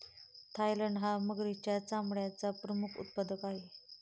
Thailand हा मगरीच्या चामड्याचा प्रमुख उत्पादक आहे